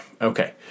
Okay